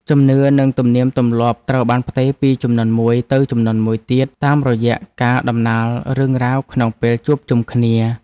ជំនឿនិងទំនៀមទម្លាប់ត្រូវបានផ្ទេរពីជំនាន់មួយទៅជំនាន់មួយទៀតតាមរយៈការតំណាលរឿងរ៉ាវក្នុងពេលជួបជុំគ្នា។